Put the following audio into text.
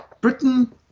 Britain